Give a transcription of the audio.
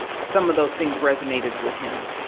some of those things resonated with him.